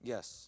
Yes